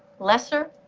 lesser,